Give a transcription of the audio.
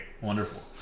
Wonderful